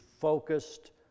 focused